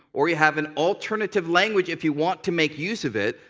or you have an alternative language if you want to make use of it,